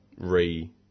re-